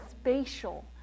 spatial